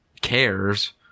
cares